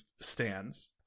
stands